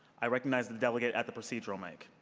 i recognize the delegate at the procedural mic.